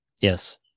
Yes